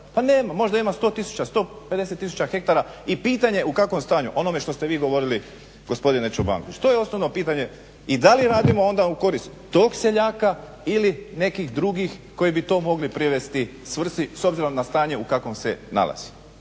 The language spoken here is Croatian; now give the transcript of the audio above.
Pa nema, možda ima 100 tisuća, 150 tisuća hektara i pitanje u kakvom stanju, o onome što ste vi govorili gospodine Čobankoviću. To je osnovno pitanje. I da li radimo onda u korist tog seljaka ili nekih drugih koji bi to mogli privesti svrsi s obzirom na stanje u kakvom se nalazi.